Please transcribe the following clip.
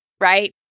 right